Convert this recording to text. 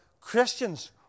Christians